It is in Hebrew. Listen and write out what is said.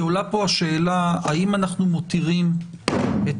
כי עולה פה השאלה האם אנחנו מותירים את